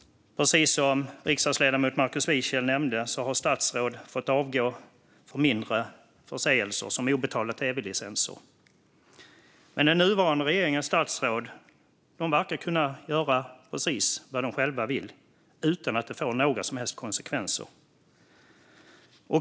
Precis som riksdagsledamoten Markus Wiechel nämnde har statsråd fått avgå för mindre förseelser, som obetalda tv-licenser. Men den nuvarande regeringens statsråd verkar kunna göra precis vad de själva vill utan att det får några som helst konsekvenser.